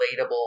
relatable